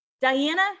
Diana